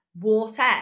water